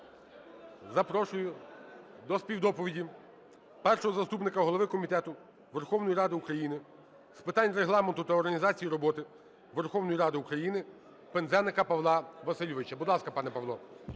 Запрошую до співдоповіді першого заступника голови Комітету Верховної Ради України з питань Регламенту та організації роботи Верховної Ради України Пинзеника Павла Васильовича. Будь ласка, пане Павло.